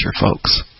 folks